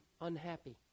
unhappy